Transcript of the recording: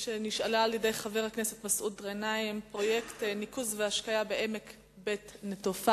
ששאלה חבר הכנסת מסעוד גנאים: פרויקט ניקוז והשקיה בעמק בית-נטופה.